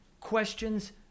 questions